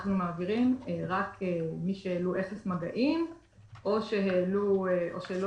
אנחנו מעבירים רק מי שהעלו אפס מגעים או שלא